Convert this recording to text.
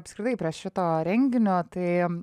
apskritai prie šito renginio tai